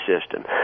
system